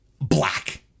black